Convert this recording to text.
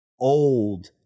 old